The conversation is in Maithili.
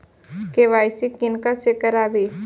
के.वाई.सी किनका से कराबी?